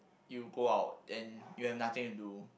you go out and you have nothing to do